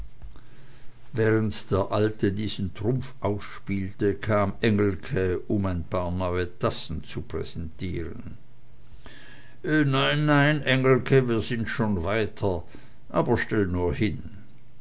während der alte diesen trumpf ausspielte kam engelke um ein paar neue tassen zu präsentieren nein nein engelke wir sind schon weiter aber stell nur hin